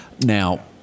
Now